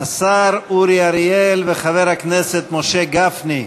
השר אורי אריאל וחבר הכנסת משה גפני,